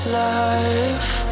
life